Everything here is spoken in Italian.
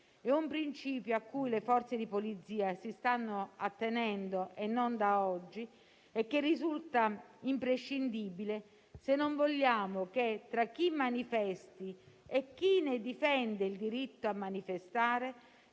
È un principio a cui le forze di polizia si stanno attenendo non da oggi e che risulta imprescindibile se non vogliamo che tra chi manifesta e chi difende il diritto a manifestare